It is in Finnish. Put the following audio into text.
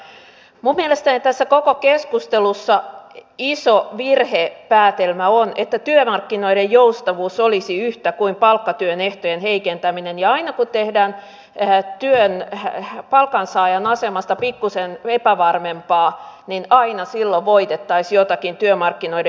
minun mielestäni tässä koko keskustelussa iso virhepäätelmä on että työmarkkinoiden joustavuus olisi yhtä kuin palkkatyön ehtojen heikentäminen ja että aina silloin kun tehdään palkansaajan asemasta pikkuisen epävarmempaa voitettaisiin jotakin työmarkkinoiden joustavuudessa